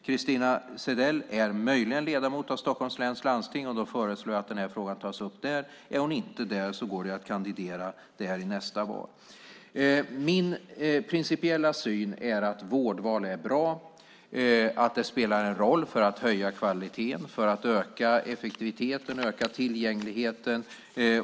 Christina Zedell är möjligen ledamot av Stockholms läns landsting, och då föreslår jag att denna fråga tas upp där. Är hon inte det går det att kandidera där i nästa val. Min principiella syn är att vårdval är bra, att det spelar en roll för att höja kvaliteten, effektiviteten och tillgängligheten.